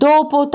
Dopo